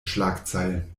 schlagzeilen